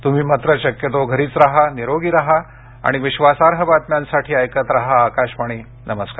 तुम्ही मात्र शक्यतो घरीच राहा निरोगी राहा आणि विश्वासार्ह बातम्यांसाठी ऐकत राहा आकाशवाणी नमस्कार